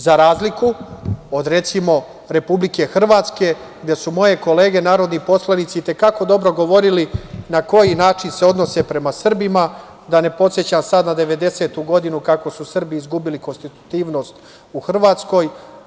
Za razliku, od recimo, Republike Hrvatske, gde su moje kolege narodni poslanici i te kako dobro govorili na koji način se odnose prema Srbima, da ne podsećam sad na devedesetu godinu, kako su Srbi izgubili konstitutivnost u Hrvatskoj.